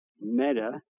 meta